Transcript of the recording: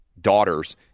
daughters